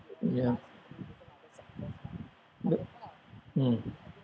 ya but mm